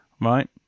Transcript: right